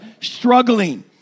struggling